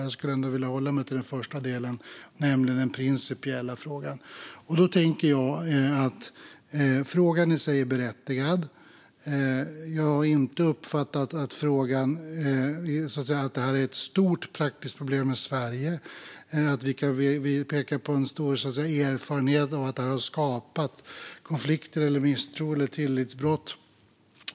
Jag skulle vilja hålla mig till den första delen, nämligen den principiella frågan. Frågan i sig är berättigad. Jag har inte uppfattat att detta är ett stort praktiskt problem i Sverige eller att vi kan peka på en stor erfarenhet av att detta har skapat konflikter, misstro eller tillitsbrott.